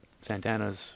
Santana's